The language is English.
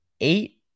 eight